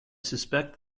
suspect